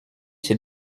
ces